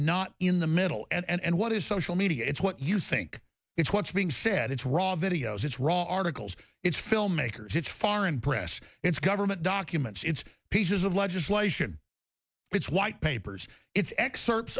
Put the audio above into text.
not in the middle and what is social media it's what you think it's what's being said it's raw videos it's wrong articles it's filmmakers it's foreign press it's government documents it's pieces of legislation it's white papers it's excerpts